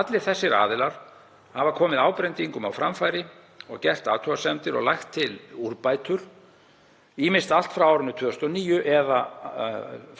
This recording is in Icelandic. Allir þessir aðilar hafa komið ábendingum á framfæri og gert athugasemdir og lagt til úrbætur, ýmist allt frá árinu 2009 eða